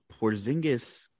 Porzingis